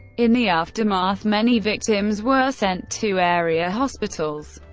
in the aftermath, many victims were sent to area hospitals,